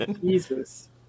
Jesus